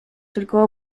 tylko